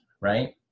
right